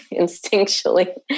instinctually